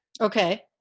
okay